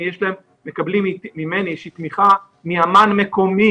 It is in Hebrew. הם מקבלים ממני, יש לי תמיכה, מאמן מקומי